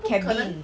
cabin